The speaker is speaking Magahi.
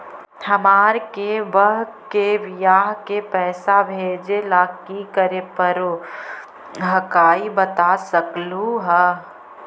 हमार के बह्र के बियाह के पैसा भेजे ला की करे परो हकाई बता सकलुहा?